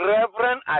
Reverend